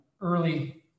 early